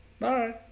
Bye